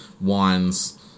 Wines